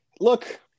look